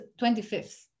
25th